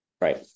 Right